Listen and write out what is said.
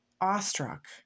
awestruck